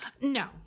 no